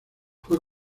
fue